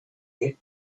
forget